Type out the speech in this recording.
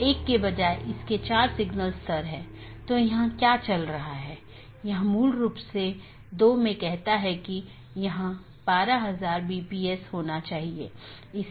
इसलिए जब एक बार BGP राउटर को यह अपडेट मिल जाता है तो यह मूल रूप से सहकर्मी पर भेजने से पहले पथ विशेषताओं को अपडेट करता है